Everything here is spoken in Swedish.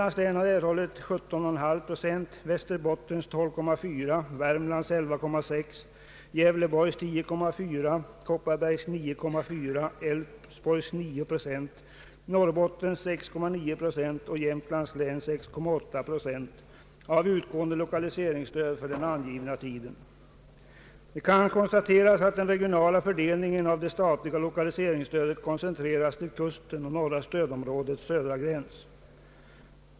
Det kan konstateras att den regionala fördelningen av det statliga lokaliseringsstödet koncentrerats till kusten och norra stödområdets södra gräns.